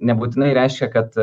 nebūtinai reiškia kad